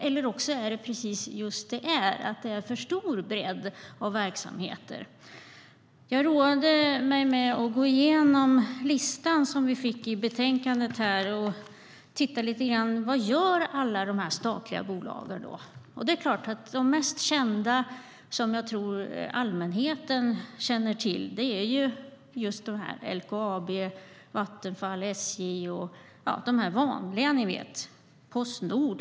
Eller också är det just för stor bredd av verksamheter. Jag roade mig med att gå igenom den lista som vi fick i betänkandet och tittade lite grann på vad alla dessa statliga bolag gör. De mest kända, som jag tror att allmänheten känner till, är LKAB, Vattenfall, SJ och inte minst Postnord.